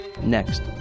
next